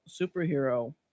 superhero